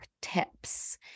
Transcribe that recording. tips